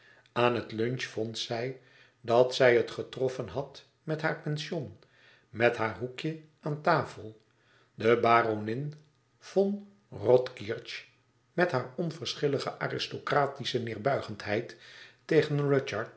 aan het lunch vond zij dat zij het getroffen had met haar pension met haar hoekje aan tafel de baronin von rothkirch met hare onverschillige aristocratische neêrbuigendheid tegen